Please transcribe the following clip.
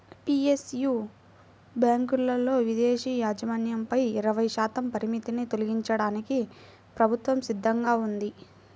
PSU బ్యాంకులలో విదేశీ యాజమాన్యంపై ఇరవై శాతం పరిమితిని తొలగించడానికి ప్రభుత్వం సిద్ధంగా ఉంది